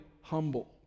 humble